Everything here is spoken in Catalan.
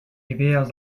idees